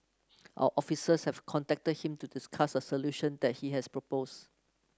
our officers have contacted him to discuss a solution that he has proposed